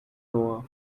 noah